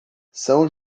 são